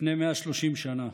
לפני 130 שנה.